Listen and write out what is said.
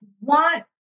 want